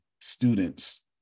students